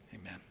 Amen